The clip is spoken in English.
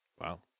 Wow